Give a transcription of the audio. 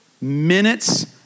minutes